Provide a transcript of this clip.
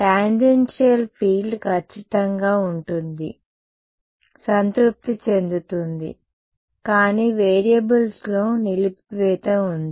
tangential field ఖచ్చితంగా ఉంటుంది సంతృప్తి చెందుతుంది కానీ వేరియబుల్స్లో నిలిపివేత ఉంది